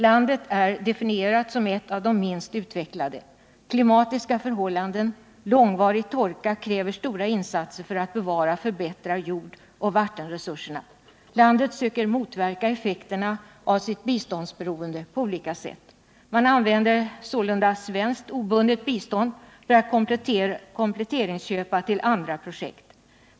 Landet är definierat som ett av de minst utvecklade. Klimatiska förhållanden — långvarig torka — kräver stora insatser för att bevara och förbättra jordoch vattenresurserna. Landet söker motverka effekterna av sitt biståndsberoende på olika sätt. Man använder sålunda svenskt obundet bistånd för att kompletteringsköpa till andra projekt.